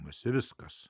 mus viskas